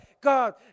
God